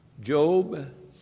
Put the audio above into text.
Job